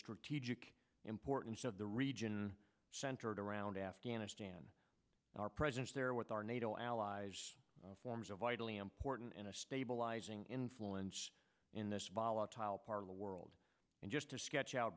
strategic importance of the region centered around afghanistan our presence there with our nato allies forms of vitally important in a stabilizing influence in this volatile part of the world and just to sketch out